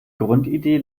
grundidee